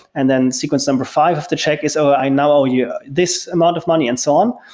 and then sequence number five if the check is over. i know you this amount of money, and so on.